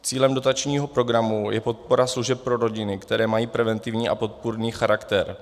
Cílem dotačního programu je podpora služeb pro rodiny, které mají preventivní a podpůrný charakter.